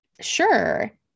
Sure